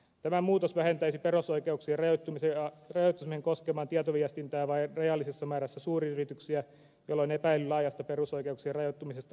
tämä muutos vähentäisi perusoikeuksien rajoittamisen koskemaan tietoviestintää vain rajallisessa määrässä suuryrityksiä jolloin epäily laajasta perusoikeuksien rajoittumisesta olisi perusteeton